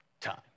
time